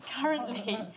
currently